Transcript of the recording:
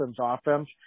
offense